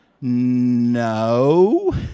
No